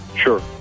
Sure